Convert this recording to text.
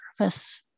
surface